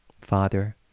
Father